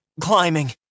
climbing